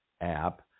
app